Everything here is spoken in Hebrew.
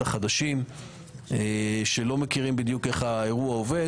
החדשים שלא מכירים בדיוק איך האירוע עובד.